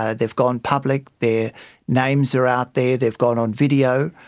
ah they've gone public, their names are out there, they've gone on video.